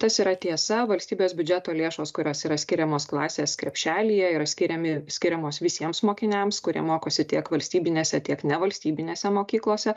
tas yra tiesa valstybės biudžeto lėšos kurios yra skiriamos klasės krepšelyje yra skiriami skiriamos visiems mokiniams kurie mokosi tiek valstybinėse tiek nevalstybinėse mokyklose